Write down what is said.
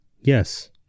Yes